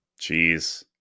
Jeez